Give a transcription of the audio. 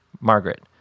Margaret